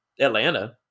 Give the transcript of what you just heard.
Atlanta